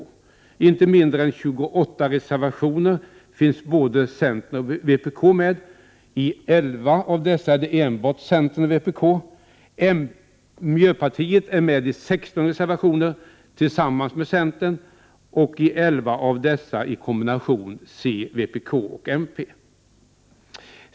I inte mindre än 28 reservationer finns både centern och vpk med, och i 11 av dessa är centerpartiet och vpk ensamma. Miljöpartiet är med på 16 reservationer tillsammans med centern, och i 11 av dessa är kombinationen centerpartiet, vpk och miljöpartiet.